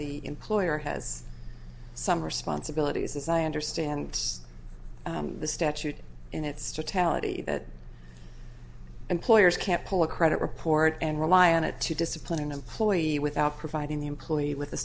the employer has some responsibilities as i understand the statute in its totality that employers can't pull a credit report and rely on it to discipline an employee without providing the employee with